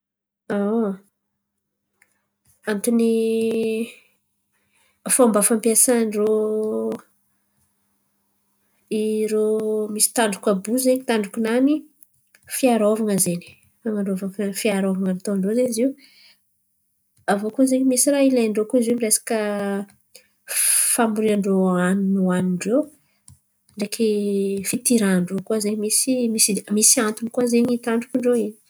Aon, antony fomba fampiasan-drô irô misy tandroko àby io zen̈y tandroko-nany. Fiarovan̈a zen̈y fananaova- fiarovan̈a ataon-drô zen̈y izy io. Aviô koa zen̈y misy raha hilain-drô koa zo amy resaka fambolian-drô anin̈y oanin-drô dreky fitiran-drô misy misy antony koa zen̈y tandrokon-drô in̈y.